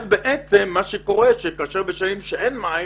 אז בעצם מה שקורה זה שכאשר בשנים שאין מים,